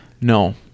No